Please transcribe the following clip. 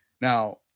Now